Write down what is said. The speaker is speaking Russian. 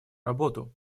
работу